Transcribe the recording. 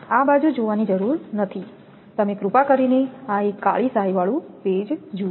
આ બાજુ જોવાની જરૂર નથી તમે કૃપા કરીને આ એક કાળી શાહી જુઓ